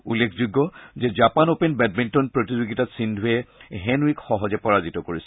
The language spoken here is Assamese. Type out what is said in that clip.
উল্লেখযোগ্য যে জাপান অপেন বেডমিণ্টন প্ৰতিযোগিতাত সিদ্ধুয়ে হেন ইউক সহজে পৰাজিত কৰিছিল